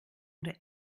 oder